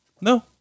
no